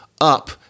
up